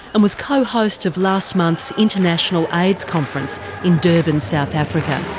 and was co-host of last month's international aids conference in durban, south africa.